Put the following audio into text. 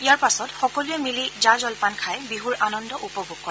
ইয়াৰ পাছত সকলোৱে মিলি জা জলপান খাই বিহুৰ আনন্দ উপভোগ কৰিব